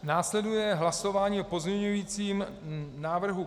Následuje hlasování o pozměňujícím návrhu